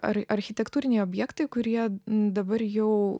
ar architektūriniai objektai kurie dabar jau